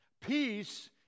peace